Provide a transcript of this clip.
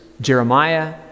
Jeremiah